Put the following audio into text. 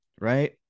right